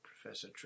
Professor